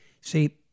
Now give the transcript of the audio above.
See